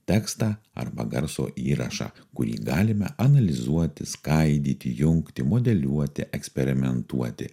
tekstą arba garso įrašą kurį galime analizuoti skaidyti jungti modeliuoti eksperimentuoti